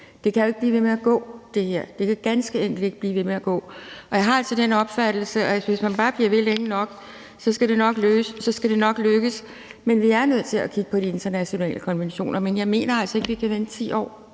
her kan jo ikke blive ved med at gå. Det kan ganske enkelt ikke blive ved med at gå, og jeg har altså den opfattelse, at hvis man bare bliver ved længe nok, skal det nok lykkes, og vi er nødt til at kigge på de internationale konventioner. Men jeg mener altså ikke, at vi kan vente 10 år.